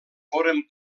foren